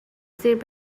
زیر